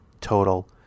total